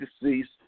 deceased